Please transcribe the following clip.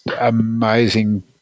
amazing